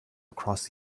across